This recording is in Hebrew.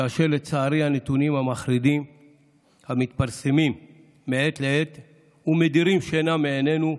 כאשר לצערי הנתונים המחרידים המתפרסמים מעת לעת מדירים שינה מעינניו,